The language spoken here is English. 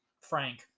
Frank